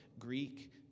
Greek